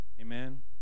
amen